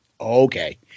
Okay